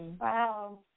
Wow